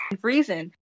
freezing